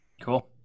Cool